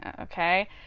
okay